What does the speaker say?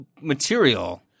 material